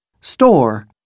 Store